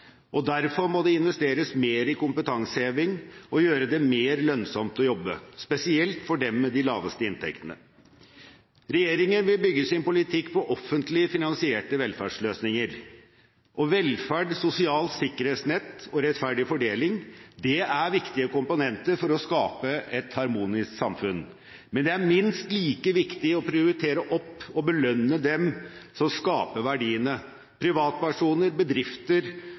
Derfor må det investeres mer i kompetanseheving, og man må gjøre det mer lønnsomt å jobbe, spesielt for dem med de laveste inntektene. Regjeringen vil bygge sin politikk på offentlig finansierte velferdsløsninger. Velferd, sosialt sikkerhetsnett og rettferdig fordeling er viktige komponenter for å skape et harmonisk samfunn. Men det er minst like viktig å prioritere opp og belønne dem som skaper verdiene: privatpersoner, bedrifter